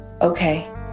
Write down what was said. okay